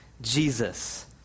Jesus